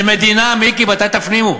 זה מדינה, מיקי, מתי תפנימו?